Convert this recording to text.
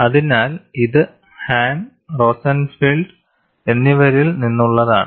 അതിനാൽ ഇത് Hahn Rosenfeld എന്നിവരിൽ നിന്നുള്ളതാണ്